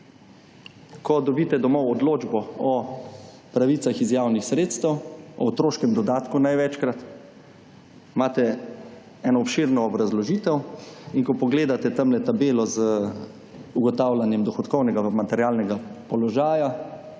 Ko dobite domov odločbo o pravicah iz javnih sredstev, o otroškem dodatku največkrat, imate eno obširno obrazložitev in ko pogledate tamle tabelo z ugotavljanjem dohodkovnega pa materialnega položaja,